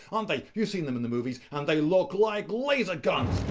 um they? you've seen them in the movies and they look like laser guns!